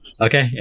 Okay